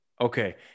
Okay